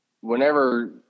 Whenever